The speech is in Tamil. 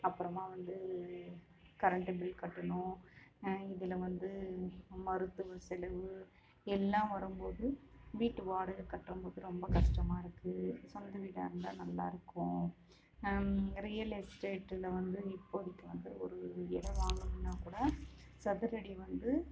அப்புறமா வந்து கரண்ட்டு பில் கட்டணும் இதில் வந்து மருத்துவ செலவு எல்லாம் வரும்போது வீட்டு வாடகை கட்டும்போது ரொம்ப கஷ்டமா இருக்கு சொந்த வீடாக இருந்தால் நல்லாயிருக்கும் ரியல் எஸ்டேட்டில் வந்து இப்போ வந்து ஒரு இடம் வாங்கணுனால்க்கூட சதுரடி வந்து